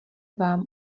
vám